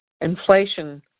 inflation